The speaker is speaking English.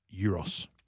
euros